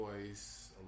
voice